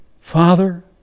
Father